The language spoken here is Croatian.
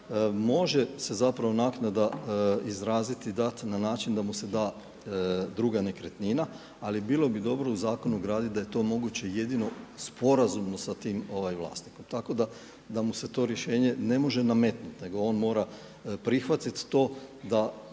može se zapravo naknada izraziti i dati na način da mu se da druga nekretnina, ali bilo bi dobro u zakon ugraditi da je to moguće jedino sporazumno sa tim vlasnikom, tako da mu se to rješenje ne može nametnuti nego on mora prihvatiti to da